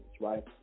right